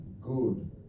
good